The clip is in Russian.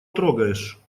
трогаешь